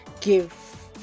give